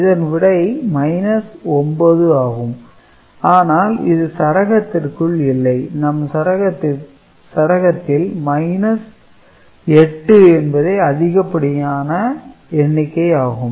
இதன் விடை 9 ஆகும் ஆனால் இது சரகத்திற்குள இல்லை நம் சரகத்தில் 8 என்பதே அதிகப்படியான ஆகும்